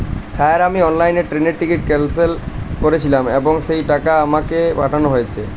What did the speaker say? Sir আমি অনলাইনে ট্রেনের টিকিট ক্যানসেল করেছিলাম এবং সেই টাকা আমাকে পাঠানো হয়েছে?